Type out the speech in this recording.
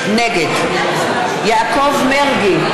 נגד יעקב מרגי,